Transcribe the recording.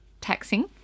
taxing